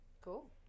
Cool